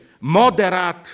moderate